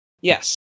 Yes